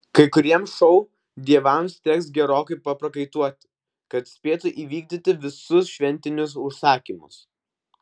kai kuriems šou dievams teks gerokai paprakaituoti kad spėtų įvykdyti visus šventinius užsakymus